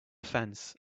fence